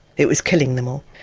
it was killing them all.